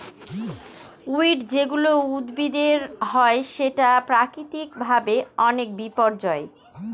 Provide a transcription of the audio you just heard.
weed যেগুলা উদ্ভিদের হয় সেটা প্রাকৃতিক ভাবে অনেক বিপর্যই